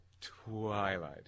twilight